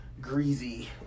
greasy